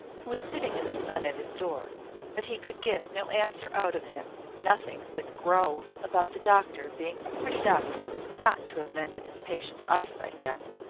who was sitting in the sun at his door but he could get no answer out of him, nothing but growls about the doctor being a pretty doctor not to have mended his patient's eye-sight yet.